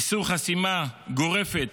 איסור חסימה גורפת